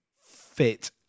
fit